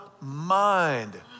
mind